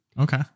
Okay